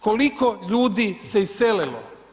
Koliko ljudi se iselilo?